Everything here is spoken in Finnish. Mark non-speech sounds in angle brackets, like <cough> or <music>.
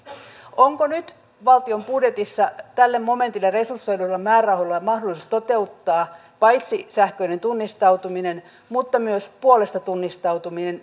onko nyt valtion budjetissa tälle momentille resursoiduilla määrärahoilla mahdollisuus toteuttaa paitsi sähköinen tunnistautuminen myös puolesta tunnistautuminen <unintelligible>